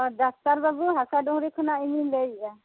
ᱚ ᱰᱟᱠᱛᱟᱨ ᱵᱟᱵᱩ ᱦᱟᱥᱟᱰᱩᱝᱨᱤ ᱠᱷᱚᱱᱟ ᱤᱧ ᱧᱤᱧ ᱞᱟᱹᱭᱮᱫᱼᱟ